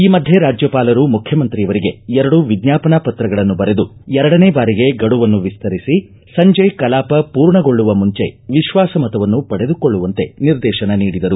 ಈ ಮಧ್ಯೆ ರಾಜ್ಯಪಾಲರು ಮುಖ್ಯಮಂತ್ರಿಯವರಿಗೆ ಎರಡು ವಿಜ್ಞಾಪನಾ ಪತ್ರಗಳನ್ನು ಬರೆದು ಎರಡನೇ ಬಾರಿಗೆ ಗಡುವನ್ನು ವಿಸ್ತರಿಸಿ ಸಂಜೆ ಕಲಾಪ ಪೂರ್ಣಗೊಳ್ಳುವ ಮುಂಚೆ ವಿಶ್ವಾಸಮತವನ್ನು ಪಡೆದುಕೊಳ್ಳುವಂತೆ ನಿರ್ದೇತನ ನೀಡಿದರು